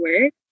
work